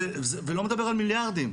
ואני לא מדבר על מיליארדים.